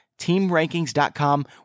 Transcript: TeamRankings.com